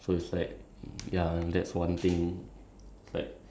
like at least two two three months I'll put like